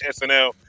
SNL